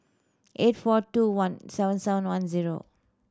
eight four two one seven seven one zero